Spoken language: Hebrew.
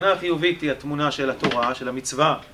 מה חיובית היא התמונה של התורה, של המצווה